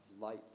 light